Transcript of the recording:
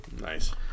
Nice